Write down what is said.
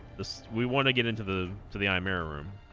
this we want to get into the to the i'm air room